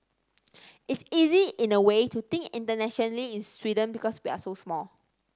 it's easy in a way to think internationally in Sweden because we're so small